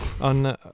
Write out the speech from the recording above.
on